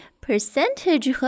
Percentage